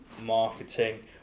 marketing